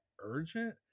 urgent